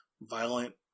violent